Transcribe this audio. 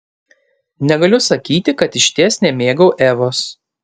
negaliu sakyti kad išties nemėgau evos